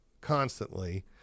constantly